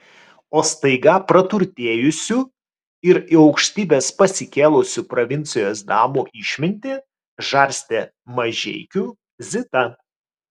o staiga praturtėjusių ir į aukštybes pasikėlusių provincijos damų išmintį žarstė mažeikių zita